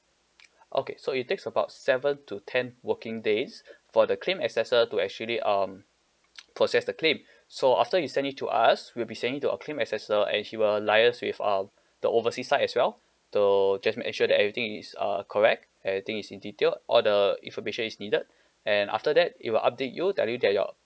okay so it takes about seven to ten working days for the claim assessor to actually um process the claim so after you sent it to us we'll be sending to our claim accessor and he will liaise with uh the oversea side as well to just make sure that everything is err correct everything is in detail all the information is needed and after that it will update you tell you that your